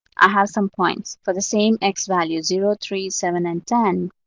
i have some points. for the same x value zero, three, seven, and ten,